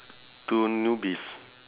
two newbies